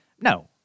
No